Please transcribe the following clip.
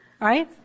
Right